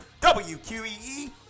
WQEE